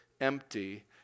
empty